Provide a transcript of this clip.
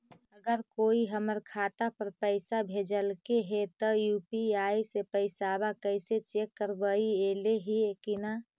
अगर कोइ हमर खाता पर पैसा भेजलके हे त यु.पी.आई से पैसबा कैसे चेक करबइ ऐले हे कि न?